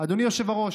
אדוני היושב-ראש,